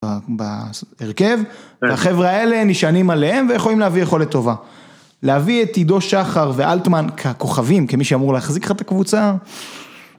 בהרכב והחברה האלה נשענים עליהם ויכולים להביא יכולת טובה. להביא את עידו שחר ואלטמן ככוכבים כמי שאמור להחזיק לך את הקבוצה